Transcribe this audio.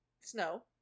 Snow